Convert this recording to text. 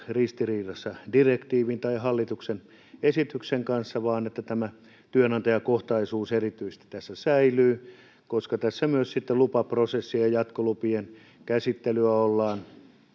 ristiriidassa direktiivin tai hallituksen esityksen kanssa vaan että erityisesti tämä työnantajakohtaisuus tässä säilyy ja tässä myös sitten lupaprosessia ja jatkolupien käsittelyä ollaan